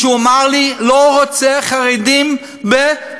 שהוא אמר לי: לא רוצה יותר חרדים בערד.